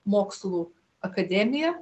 mokslų akademiją